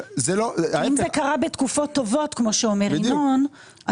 אם זה קרה בתקופות טובות כמו שאומר ינון,